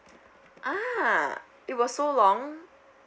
ah it was so long